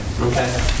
Okay